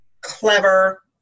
clever